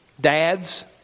dads